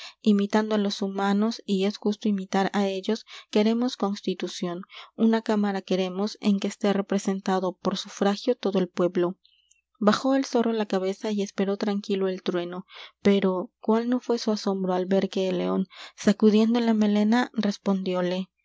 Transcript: imitando á los humanos y es justo imitar á ellos queremos constitución una cámara queremos en que esté representado pior sufragio todo el pueblo bajó el zorro la cabeza y esperó tranquilo el trueno pero c u á l no fué su asombro al ver que el león sacudiendo la melena respondióle todo lo